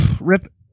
Rip